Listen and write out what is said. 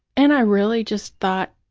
and i really just thought,